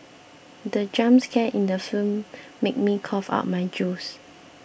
the jump scare in the film made me cough out my juice